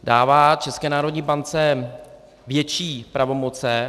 Dává České národní bance větší pravomoci.